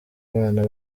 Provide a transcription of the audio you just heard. abana